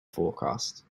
forecast